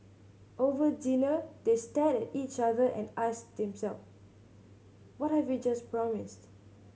over dinner they stared at each other and asked themselves what have we just promised